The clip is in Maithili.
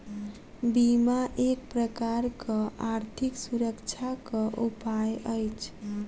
बीमा एक प्रकारक आर्थिक सुरक्षाक उपाय अछि